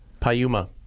Payuma